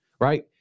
right